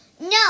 No